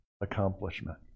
accomplishment